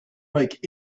make